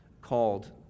called